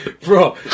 Bro